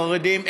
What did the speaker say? חרדים,